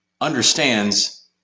understands